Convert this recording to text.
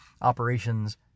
operations